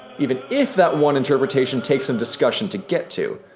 even if that one interpretation takes some discussion to get to.